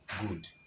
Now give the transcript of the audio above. good